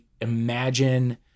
imagine